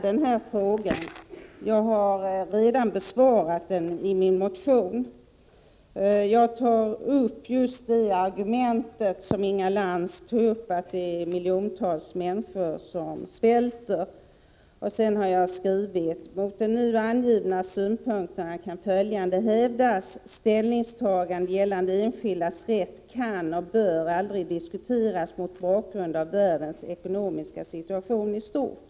Herr talman! Inga Lantz hade egentligen inte behövt ställa den fråga som redan är besvarad i min motion. Där nämns just det argument som Inga Lantz tog upp, nämligen att miljontals människor svälter, och det står: ”Mot de nu angivna synpunkterna kan följande hävdas: Ställningstagande gällande enskildas rätt kan och bör aldrig diskuteras mot bakgrund av världens ekonomiska situation i stort.